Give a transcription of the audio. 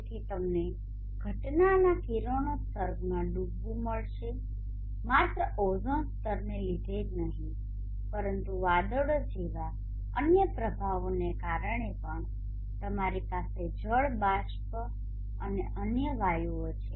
તેથી તમને ઘટનાના કિરણોત્સર્ગમાં ડૂબવું મળશે માત્ર ઓઝોન સ્તરને લીધે જ નહીં પરંતુ વાદળો જેવા અન્ય પ્રભાવોને કારણે પણ તમારી પાસે જળ બાષ્પ અને અન્ય વાયુઓ છે